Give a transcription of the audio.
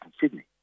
Sydney